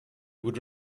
would